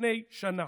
לפני שנה.